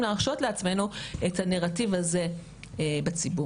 להרשות לעצמנו את הנרטיב הזה בציבור.